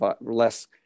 less